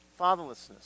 Fatherlessness